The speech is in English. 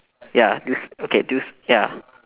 ya do you s~ okay do you s~ ya